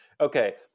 okay